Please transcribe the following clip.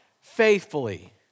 faithfully